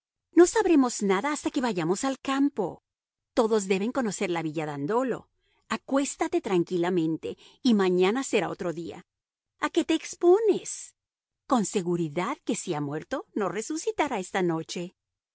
no sabremos nada hasta que vayamos al campo todos deben conocer la villa dandolo acuéstate tranquilamente y mañana será otro día a qué te expones con seguridad que si ha muerto no resucitará esta noche